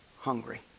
hungry